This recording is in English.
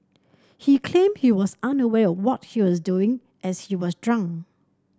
he claimed he was unaware of what he was doing as he was drunk